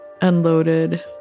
unloaded